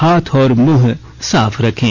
हाथ और मुंह साफ रखें